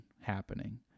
happening